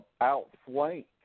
outflank